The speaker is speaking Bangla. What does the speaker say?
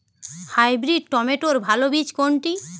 হাইব্রিড টমেটোর ভালো বীজ কোনটি?